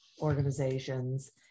organizations